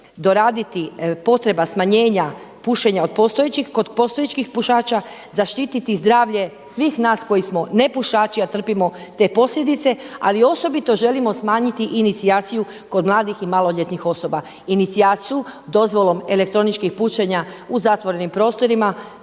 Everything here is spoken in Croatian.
doraditi potreba smanjenja pušenja od postojećih, kod postojećih pušača, zaštiti zdravlje svih nas koji smo nepušači a trpimo te posljedice ali osobito želimo smanjiti inicijaciju kod mladih i maloljetnih osoba. Inicijaciju dozvolom elektroničkih pušenja u zatvorenim prostorima